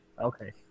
Okay